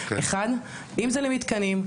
אם זה למתקנים,